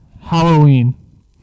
Halloween